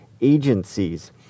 agencies